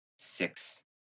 six